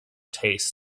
taste